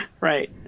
right